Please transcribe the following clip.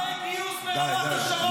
אין קשר בין מה שאתה אומר לבין המציאות.